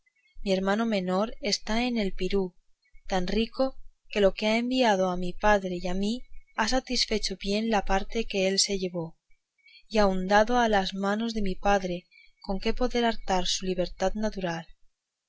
mi menor hermano está en el pirú tan rico que con lo que ha enviado a mi padre y a mí ha satisfecho bien la parte que él se llevó y aun dado a las manos de mi padre con que poder hartar su liberalidad natural